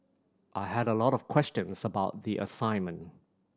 I had a lot of questions about the assignment